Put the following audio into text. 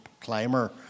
climber